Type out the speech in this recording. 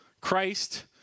Christ